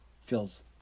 feels